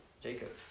Jacob